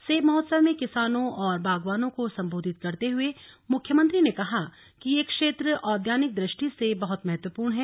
सेब महोत्सव में किसानों और बागवानों को सम्बोधित करते हुए मुख्यमंत्री ने कहा कि यह क्षेत्र औद्यानिक दृष्टि से बहुत महत्पूर्ण हैं